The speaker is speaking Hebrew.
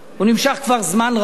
הוא נמשך כבר זמן רב.